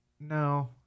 No